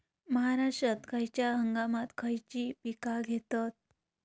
महाराष्ट्रात खयच्या हंगामांत खयची पीका घेतत?